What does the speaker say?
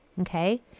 okay